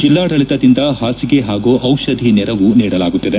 ಜಿಲ್ಲಾಡಳಿತದಿಂದ ಹಾಸಿಗೆ ಹಾಗೂ ಔಷಧಿ ನೆರವು ನೀಡಲಾಗುತ್ತದೆ